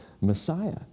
Messiah